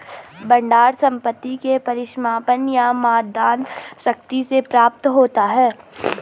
भंडार संपत्ति के परिसमापन या मतदान शक्ति से प्राप्त होता है